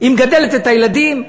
היא מגדלת את הילדים,